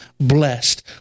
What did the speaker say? blessed